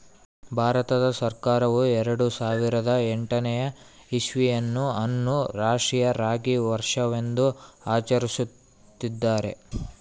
ಭಾರತ ಸರ್ಕಾರವು ಎರೆಡು ಸಾವಿರದ ಎಂಟನೇ ಇಸ್ವಿಯನ್ನು ಅನ್ನು ರಾಷ್ಟ್ರೀಯ ರಾಗಿ ವರ್ಷವೆಂದು ಆಚರಿಸುತ್ತಿದ್ದಾರೆ